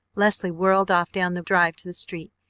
leslie whirled off down the drive to the street.